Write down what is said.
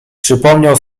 przypomniał